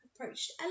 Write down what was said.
approached